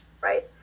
right